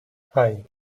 hei